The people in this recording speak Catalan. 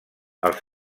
els